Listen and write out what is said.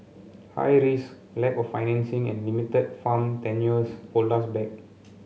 high risk lack of financing and limited farm tenures hold us back